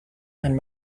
and